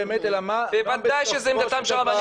אלא מה --- בוודאי שזה עמדתם של רבנים.